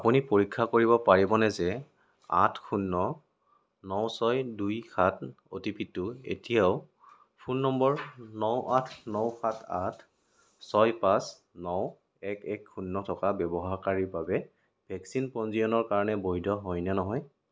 আপুনি পৰীক্ষা কৰিব পাৰিবনে যে আঠ শূণ্য় ন ছয় দুই সাত অ' টি পি টো এতিয়াও ফোন নম্বৰ ন আঠ ন সাত আঠ ছয় পাঁচ ন এক এক শূণ্য় থকা ব্যৱহাৰকাৰীৰ বাবে ভেকচিন পঞ্জীয়নৰ কাৰণে বৈধ হয়নে নহয়